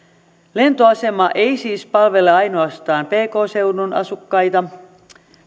lentoasema ei siis palvele ainoastaan pk seudun asukkaita